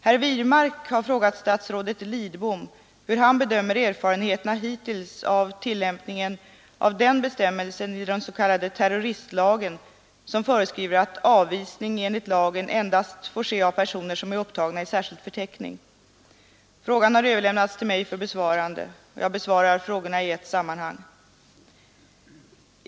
Herr Wirmark har frågat statsrådet Lidbom hur han bedömer erfarenheterna hittills av tillämpningen av den bestämmelse i den s.k. terroristlagen som föreskriver att avvisning enligt lagen endast får ske av personer som är upptagna i särskild förteckning. Frågan har överlämnats till mig för besvarande. Jag besvarar frågorna i ett sammanhang.